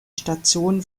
station